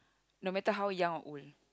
no matter how young or old